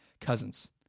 Cousins